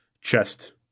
chest